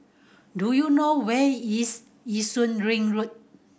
do you know where is Yishun Ring Road